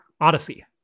odyssey